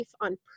on